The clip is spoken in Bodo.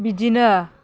बिदिनो